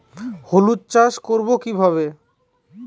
হলুদ চাষ করব কিভাবে?